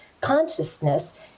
consciousness